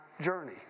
journey